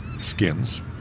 skins